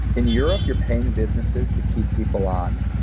in europe, you're paying businesses to keep people on.